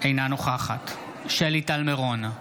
אינה נוכחת שלי טל מירון,